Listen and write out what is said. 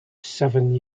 seven